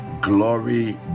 Glory